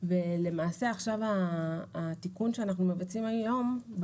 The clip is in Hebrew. ולמעשה עכשיו התיקון שאנחנו מבצעים היום,